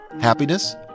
happiness